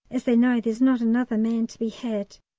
as they know there's not another man to be had.